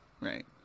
right